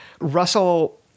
Russell